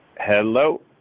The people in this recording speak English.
Hello